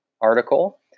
article